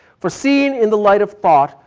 for seen in the light of thought,